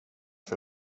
för